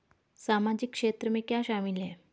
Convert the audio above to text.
सामाजिक क्षेत्र में क्या शामिल है?